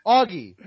Augie